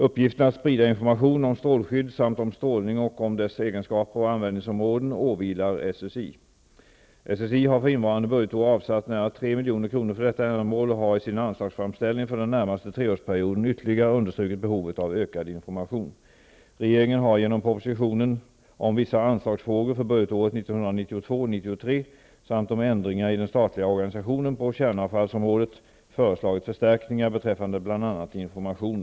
Uppgiften att sprida information om strålskydd samt om strålning och om dess egenskaper och användningsområden åvilar SSI. SSI har för innevarande budgetår avsatt nära 3 milj.kr. för detta ändamål och har i sin anslagsframställning för den närmaste treårsperioden ytterligare understrukit behovet av ökad information.